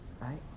right